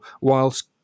whilst